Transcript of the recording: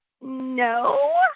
no